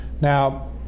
Now